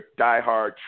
diehard